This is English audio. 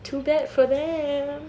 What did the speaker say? too bad for them